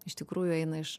iš tikrųjų eina iš